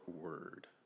word